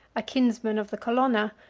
a kinsman of the colonna,